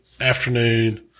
afternoon